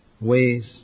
ways